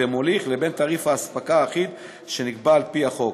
ומוליך לבין תעריף ההספקה האחיד שנקבע על-פי החוק.